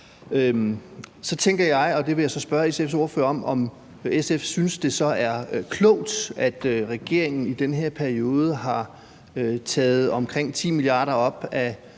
Så tænker jeg, og det vil jeg så spørge SF's ordfører om, om SF synes, det så er klogt, at regeringen i den her periode har taget omkring 10 mia. kr. op af